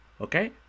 okay